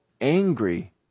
angry